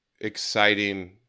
exciting